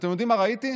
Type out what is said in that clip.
ואתם יודעים מה ראיתי?